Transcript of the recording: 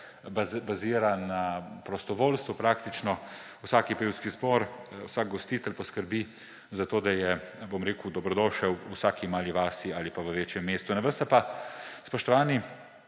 bazira na prostovoljstvu, praktično vsak pevski zbor, vsak gostitelj poskrbi za to, da je dobrodošel v vsaki mali vasi ali pa v večjem mestu. Na vas se pa, spoštovani